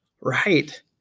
Right